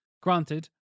granted